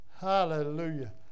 Hallelujah